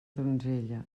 donzella